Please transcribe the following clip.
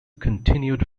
continued